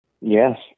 Yes